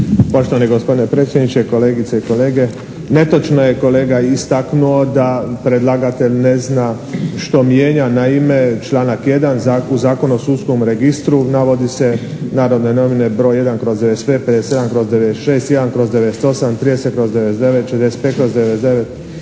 Poštovani gospodine predsjedniče, kolegice i kolege. Netočno je kolega istaknuo da predlagatelj ne zna što mijenja. Naime članak 1. u Zakonu o sudskom registru navodi se "Narodne novine" broj 1/95., 57/96., 1/98., 30/99., 45/99.